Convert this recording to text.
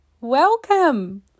Welcome